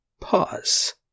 Pause